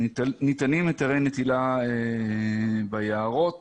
ניתנים היתרי נטילה ביערות